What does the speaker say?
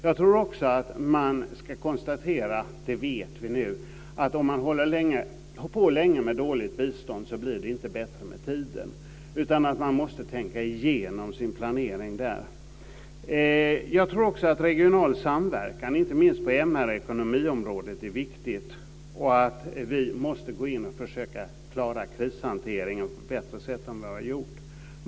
Jag tror också att man ska konstatera - det vet vi nu - att om man håller på länge med dåligt bistånd blir det inte bättre med tiden, utan man måste tänka igenom sin planering där. Jag tror också att regional samverkan, inte minst på MR och ekonomiområdet, är viktig. Vi måste också gå in och försöka klara krishanteringen på ett bättre sätt än vad vi gjort.